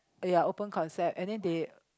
ya open concept and then they